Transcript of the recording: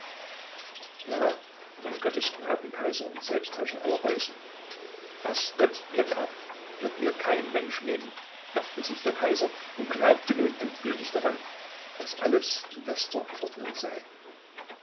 ja von gottes gnaden kaiser und selbstherrscher aller reußen was gott mir gab wird mir kein mensch nehmen dachte sich der kaiser und glaubte nun endgültig daran daß alles in bester ordnung sei